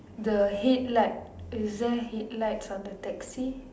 the head light is there head lights on the taxi